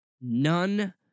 none